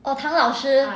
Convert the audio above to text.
oh <mandarin谭老师:tan lao shi